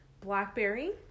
Blackberry